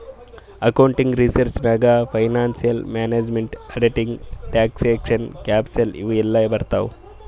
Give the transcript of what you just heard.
accounting research ನಾಗ್ financial management, auditing, taxation, capital ಇವು ಎಲ್ಲಾ ಬರ್ತಾವ್